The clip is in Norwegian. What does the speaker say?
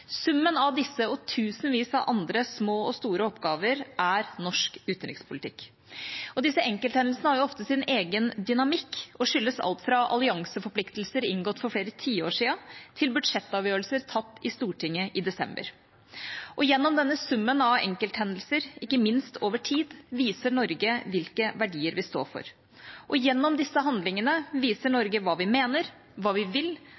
Summen av disse og tusenvis av andre små og store oppgaver er norsk utenrikspolitikk. Disse enkelthendelsene har ofte sin egen dynamikk og skyldes alt fra allianseforpliktelser inngått for flere tiår siden til budsjettavgjørelser tatt i Stortinget i desember. Gjennom denne summen av enkelthendelser, ikke minst over tid, viser Norge hvilke verdier vi står for. Og gjennom disse handlingene viser Norge hva vi mener, hva vi vil,